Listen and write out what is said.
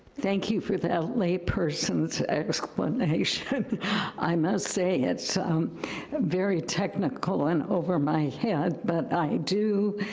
thank you for that layperson's explanation. i must say, it's very technical and over my head, but i do,